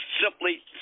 simply